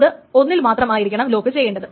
അതിൽ ഒന്ന് മാത്രമായിരിക്കണം ലോക്ക് ചെയ്യേണ്ടത്